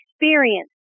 experience